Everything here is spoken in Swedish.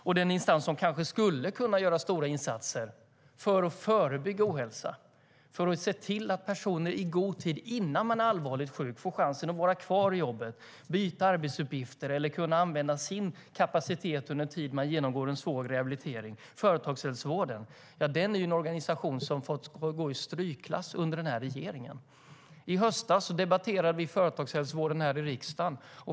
Och den instans som kanske skulle kunna göra stora insatser för att förebygga ohälsa, för att se till att personer i god tid innan man blir allvarligt sjuk får chansen att vara kvar i jobbet, byta arbetsuppgifter eller kunna använda sin kapacitet under den tid man genomgår en svår rehabilitering. Företagshälsovården är en organisation som fått gå i strykklass under den här regeringen. I höstas debatterade vi företagshälsovården här i riksdagen.